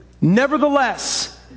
Nevertheless